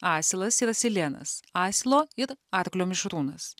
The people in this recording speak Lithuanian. asilas ir asilėnas asilo ir arklio mišrūnas